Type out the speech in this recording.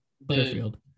Butterfield